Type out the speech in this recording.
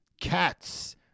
Cats